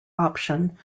option